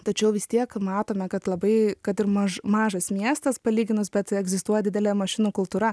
tačiau vis tiek matome kad labai kad ir maž mažas miestas palyginus bet egzistuoja didelė mašinų kultūra